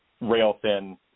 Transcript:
rail-thin